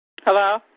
Hello